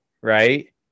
right